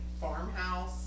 farmhouse